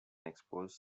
expose